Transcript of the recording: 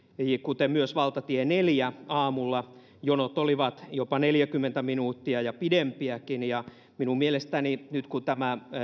kuten myös valtatie neljä ja jonot olivat jopa neljäkymmentä minuuttia ja pidempiäkin ja minun mielestäni nyt kun tämä